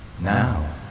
Now